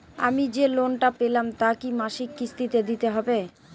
আমি যে লোন টা পেলাম তা কি মাসিক কিস্তি তে দিতে হবে?